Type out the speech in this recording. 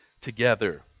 together